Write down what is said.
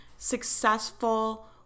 Successful